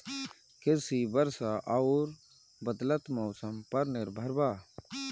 कृषि वर्षा आउर बदलत मौसम पर निर्भर बा